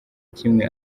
kimwe